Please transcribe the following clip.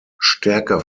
stärker